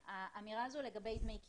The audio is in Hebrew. האמירה הזאת לגבי דמי כיס,